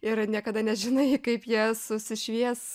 ir niekada nežinai kaip jie susišvies